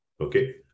okay